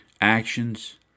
actions